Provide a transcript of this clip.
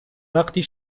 وقتی